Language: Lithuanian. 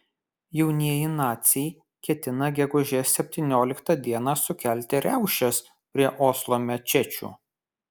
jaunieji naciai ketina gegužės septynioliktą dieną sukelti riaušes prie oslo mečečių